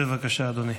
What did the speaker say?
בבקשה, אדוני.